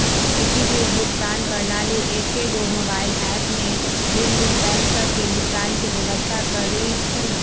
एकीकृत भुगतान प्रणाली एकेगो मोबाइल ऐप में भिन्न भिन्न बैंक सभ के भुगतान के व्यवस्था करइ छइ